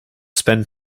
spend